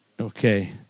Okay